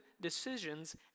decisions